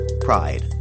pride